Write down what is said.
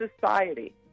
society